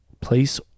place